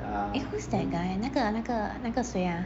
eh who's that guy 那个那个那个谁啊